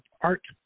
Art